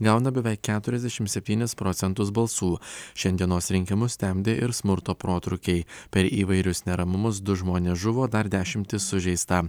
gauna beveik keturiasdešimt septynis procentus balsų šiandienos rinkimus temdė ir smurto protrūkiai per įvairius neramumus du žmonės žuvo dar dešimtys sužeista